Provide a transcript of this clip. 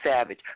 savage